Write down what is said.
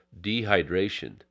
dehydration